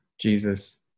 Jesus